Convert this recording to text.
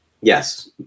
Yes